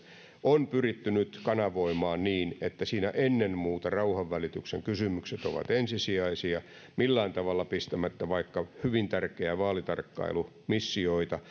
on pyritty nyt kanavoimaan niin että siinä ennen muuta rauhanvälityksen kysymykset ovat ensisijaisia millään tavalla pistämättä vaikkapa hyvin tärkeitä vaalitarkkailumissioita